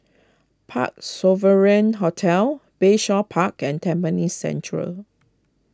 Parc Sovereign Hotel Bayshore Park and Tampines Central